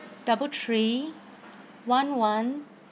double three one one